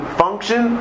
function